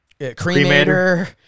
Cremator